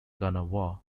kanawha